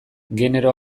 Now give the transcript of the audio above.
genero